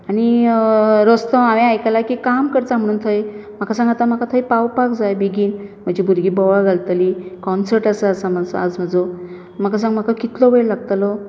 आनी रस्तो हांवें आयकला की काम करता म्हणून थंय म्हाका सांग म्हाका थंय आतां पावपाक जाय बेगीन म्हजी भुरगीं बोवाळ घालतली काँसर्ट आसा आज म्हजो म्हाका सांग म्हाका कितको वेळ लागतलो